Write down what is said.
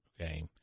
Okay